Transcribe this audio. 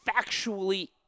factually